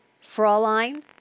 Fraulein